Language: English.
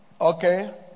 okay